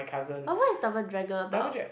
but what is double dragon about